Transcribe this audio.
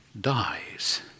dies